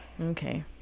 Okay